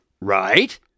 Right